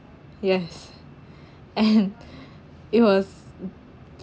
yes and it was